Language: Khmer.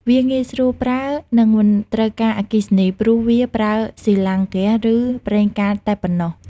វាងាយស្រួលប្រើ និងមិនត្រូវការអគ្គិសនី ព្រោះវាប្រើស៊ីឡាំងហ្គាស ឬប្រេងកាតតែប៉ុណ្ណោះ។